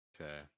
Okay